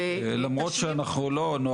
שתשלים.